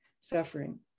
suffering